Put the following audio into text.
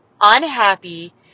unhappy